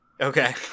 Okay